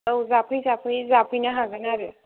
औ जाफै जाफै जाफैनो हागोन आरो